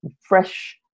fresh